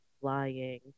flying